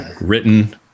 written